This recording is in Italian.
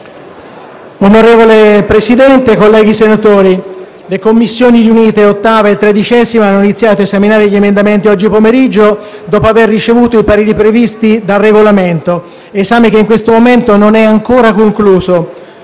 Onorevole Presidente, colleghi senatori, le Commissioni riunite 8a e 13a hanno iniziato a esaminare gli emendamenti oggi pomeriggio, dopo aver ricevuto i pareri previsti dal Regolamento, esame che in questo momento non è ancora concluso.